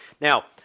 Now